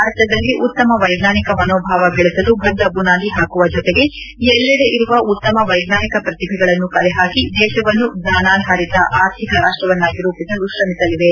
ಭಾರತದಲ್ಲಿ ಉತ್ತಮ ವೈಜ್ಞಾನಿಕ ಮನೋಭಾವ ಬೆಳೆಸಲು ಭದ್ರ ಬುನಾದಿ ಹಾಕುವ ಜೊತೆಗೆ ಎಲ್ಲೆಡೆ ಇರುವ ಉತ್ತಮ ವೈಜ್ಞಾನಿಕ ಪ್ರತಿಭೆಗಳನ್ನು ಕಲೆಹಾಕಿ ದೇಶವನ್ನು ಜ್ಞಾನಾಧಾರಿತ ಆರ್ಥಿಕ ರಾಷ್ವವನ್ನಾಗಿ ರೂಪಿಸಲು ಶ್ರಮಿಸಲಿವೆ